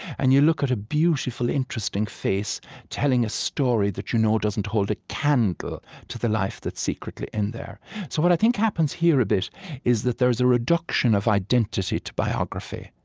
and you look at a beautiful, interesting face telling a story that you know doesn't hold a candle to the life that's secretly in there so what i think happens here a bit is that there's a reduction of identity to biography.